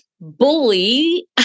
bully